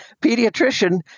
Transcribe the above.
pediatrician